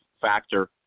factor